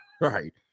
Right